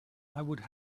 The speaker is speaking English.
would